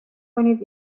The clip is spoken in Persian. کنید